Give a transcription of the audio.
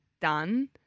done